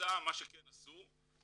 מה שכן עשו,